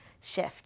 shift